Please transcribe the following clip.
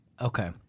Okay